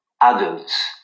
adults